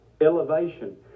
Elevation